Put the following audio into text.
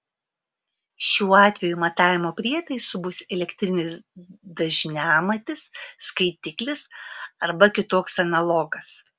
šiuo atveju matavimo prietaisu bus elektrinis dažniamatis skaitiklis arba kitoks analogas